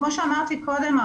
כמו שאמרתי קודם,